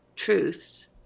truths